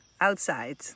outside